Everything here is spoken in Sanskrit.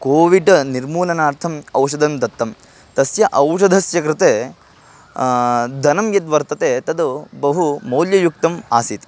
कोविड् निर्मूलनार्थम् औषधं दत्तं तस्य औषधस्य कृते धनं यद्वर्तते तत् बहु मौल्ययुक्तम् आसीत्